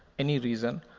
any reason,